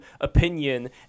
opinion